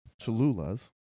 Cholula's